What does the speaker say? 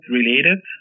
related